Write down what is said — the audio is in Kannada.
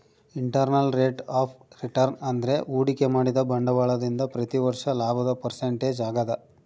ಇಂಟರ್ನಲ್ ರೇಟ್ ಆಫ್ ರಿಟರ್ನ್ ಅಂದ್ರೆ ಹೂಡಿಕೆ ಮಾಡಿದ ಬಂಡವಾಳದಿಂದ ಪ್ರತಿ ವರ್ಷ ಲಾಭದ ಪರ್ಸೆಂಟೇಜ್ ಆಗದ